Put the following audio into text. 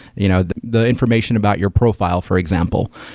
you know the information about your profile, for example.